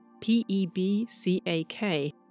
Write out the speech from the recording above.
P-E-B-C-A-K